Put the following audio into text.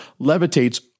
levitates